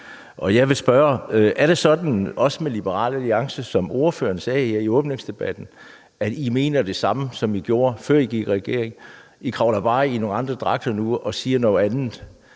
Jeg vil spørge: Er det sådan med Liberal Alliance, som ordføreren også sagde i åbningsdebatten, at I mener det samme, som I gjorde, før I gik i regering, men at I bare kravler i nogle andre dragter nu og siger noget andet?